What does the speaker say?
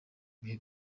bihe